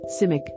Simic